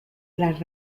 las